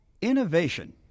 Innovation